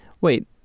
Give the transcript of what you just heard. Wait